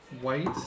white